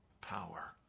power